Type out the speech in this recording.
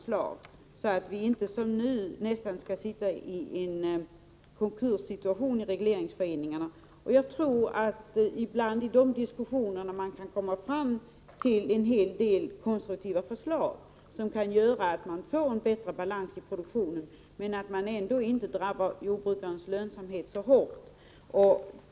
Man måste undvika att regleringsföreningarna hamnar i en konkurssituation, som de nästan gör för närvarande. Vid dessa diskussioner måste man komma fram till konstruktiva förslag, som innebär att det blir en bättre balans i produktionen men att jordbrukarnas lönsamhet ändå inte drabbas så hårt.